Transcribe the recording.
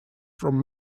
from